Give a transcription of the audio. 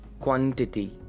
quantity